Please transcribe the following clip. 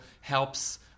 helps